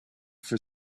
for